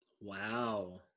Wow